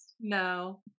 No